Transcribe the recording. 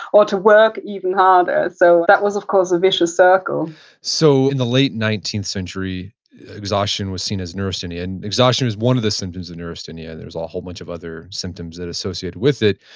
or to work even harder. so, that was of course a vicious circle so, in the late nineteenth century exhaustion was seen as neurasthenia. and exhaustion was one of the symptoms of neurasthenia. and there was a whole bunch of other symptoms that associated with it.